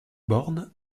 borne